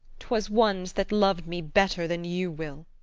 twas one's that lov'd me better than you will.